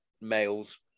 males